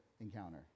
encounter